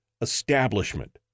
establishment